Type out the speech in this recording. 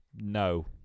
No